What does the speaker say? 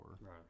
Right